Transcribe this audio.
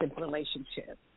relationship